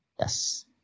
Yes